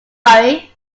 worry